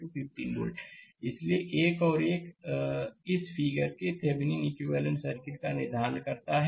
slide समय देखें 2451 इसलिए एक और एक इस फिगर के थेविनीन इक्विवेलेंट सर्किट का निर्धारण करता है